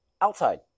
Outside